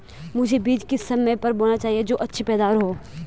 मुझे बीज किस समय पर बोना चाहिए जो अच्छी पैदावार हो?